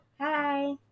Hi